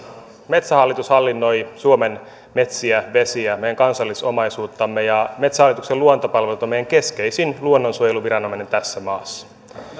metsähallitus hallinnoi suomen metsiä vesiä meidän kansallisomaisuuttamme ja metsähallituksen luontopalvelut on meidän keskeisin luonnonsuojeluviranomainen tässä maassa